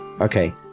Okay